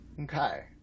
Okay